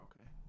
Okay